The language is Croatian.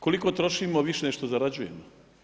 Koliko trošimo više nego što zarađujemo?